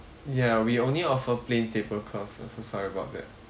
ya we only offer plain table cloth so so sorry about that